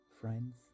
Friends